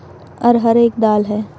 अरहर एक दाल है